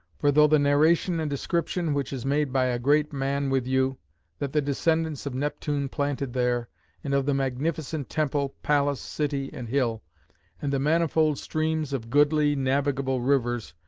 for though the narration and description, which is made by a great man with you that the descendants of neptune planted there and of the magnificent temple, palace, city, and hill and the manifold streams of goodly navigable rivers,